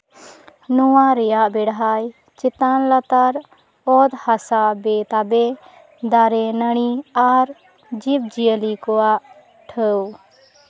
ᱱᱚᱣᱟ ᱨᱮᱭᱟᱜ ᱵᱮᱲᱦᱟᱭ ᱪᱮᱛᱟᱱ ᱞᱟᱛᱟᱨ ᱚᱛ ᱦᱟᱥᱟ ᱵᱮᱼᱛᱟᱵᱮ ᱫᱟᱨᱮ ᱱᱟᱹᱲᱤ ᱟᱨ ᱡᱤᱵᱽᱼᱡᱤᱭᱟᱹᱞᱤ ᱠᱚᱣᱟᱜ ᱴᱷᱟᱶ